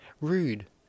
rude